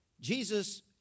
Jesus